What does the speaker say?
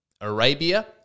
Arabia